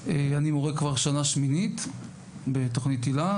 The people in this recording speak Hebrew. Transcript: אני מורה כבר שנה שמינית בתוכנית היל"ה,